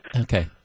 Okay